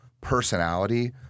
personality